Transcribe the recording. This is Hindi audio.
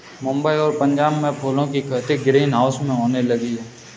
मुंबई और पंजाब में फूलों की खेती ग्रीन हाउस में होने लगी है